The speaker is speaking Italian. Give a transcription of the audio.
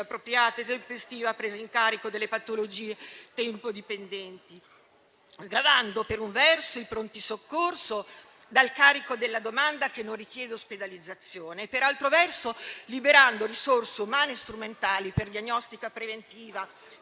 di appropriata e tempestiva presa in carico delle patologie tempo-dipendenti, sgravando per un verso i pronti soccorso dal carico della domanda che non richiede ospedalizzazione, per altro verso liberando risorse umane e strumentali per diagnostica preventiva,